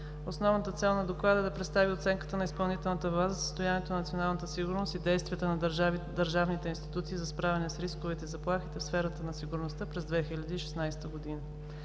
Основната цел на Доклада е да представи оценката на изпълнителната власт за състоянието на националната сигурност и действията на държавните институции за справяне с рисковете и заплахите в сферата на сигурността през 2016 г.